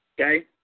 Okay